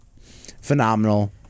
phenomenal